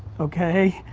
okay.